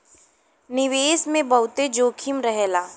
निवेश मे बहुते जोखिम रहेला